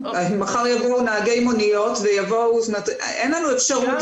מחר יבואו נהגי מוניות ויבואו אין לנו אפשרות